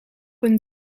hun